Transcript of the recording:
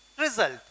result